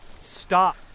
Stop